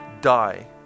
die